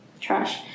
trash